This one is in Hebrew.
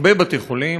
הרבה בתי-חולים.